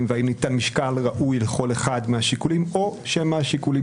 והאם ניתן משקל ראוי לכל אחד מהשיקולים או שמא שיקולים